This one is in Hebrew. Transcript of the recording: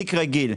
התיק רגיל.